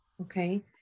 Okay